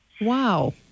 Wow